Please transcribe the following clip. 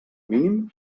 mínim